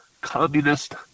communist